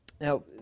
Now